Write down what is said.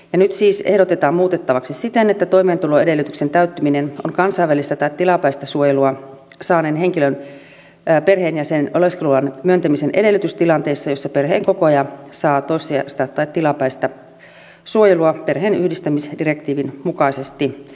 nyt siis lakia ehdotetaan muutettavaksi siten että toimeentuloedellytyksen täyttäminen on kansainvälistä tai tilapäistä suojelua saaneen henkilön perheenjäsenen oleskeluluvan myöntämisen edellytys tilanteessa jossa perheenkokoaja saa toissijaista tai tilapäistä suojelua perheenyhdistämisdirektiivin mukaisesti